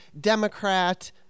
Democrat –